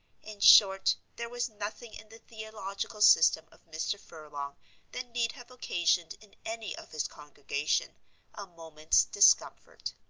in short, there was nothing in the theological system of mr. furlong that need have occasioned in any of his congregation a moment's discomfort.